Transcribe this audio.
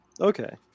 Okay